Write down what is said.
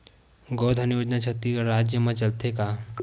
गौधन योजना छत्तीसगढ़ राज्य मा चलथे का?